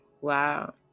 wow